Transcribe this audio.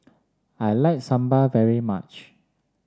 I like Sambar very much